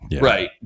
Right